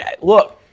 look